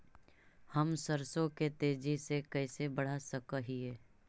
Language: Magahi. हम सरसों के तेजी से कैसे बढ़ा सक हिय?